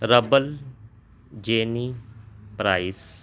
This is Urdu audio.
ربل جینی پرائس